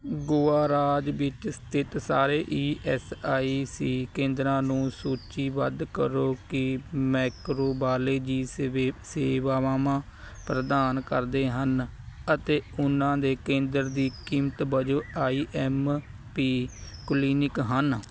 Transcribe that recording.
ਗੋਆ ਰਾਜ ਵਿੱਚ ਸਥਿਤ ਸਾਰੇ ਈ ਐੱਸ ਆਈ ਸੀ ਕੇਂਦਰਾਂ ਨੂੰ ਸੂਚੀਬੱਧ ਕਰੋ ਕਿ ਮਾਈਕ੍ਰੋਬਾਲੋਜੀ ਸੇਵੇ ਸੇਵਾਵਾਂ ਪ੍ਰਦਾਨ ਕਰਦੇ ਹਨ ਅਤੇ ਉਨ੍ਹਾਂ ਦੇ ਕੇਂਦਰ ਦੀ ਕੀਮਤ ਵਜੋਂ ਆਈ ਐੱਮ ਪੀ ਕੁਲੀਨਿਕ ਹਨ